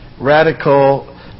Radical